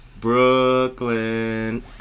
Brooklyn